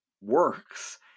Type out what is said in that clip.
works